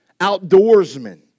outdoorsmen